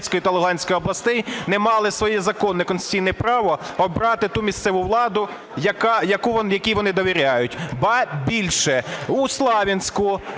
та Луганської областей не мали своє законне конституційне право обрати ту місцеву владу, якій вони довіряють. Ба більше, у Слов'янську